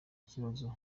kibazo